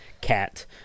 cat